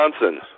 Johnson